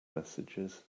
messages